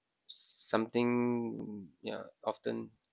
something yeah often